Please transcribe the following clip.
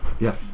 Yes